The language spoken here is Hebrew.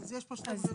אז יש פה שתי ברירות,